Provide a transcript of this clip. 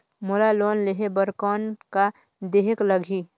मोला लोन लेहे बर कौन का देहेक लगही?